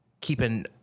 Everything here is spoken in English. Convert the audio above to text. keeping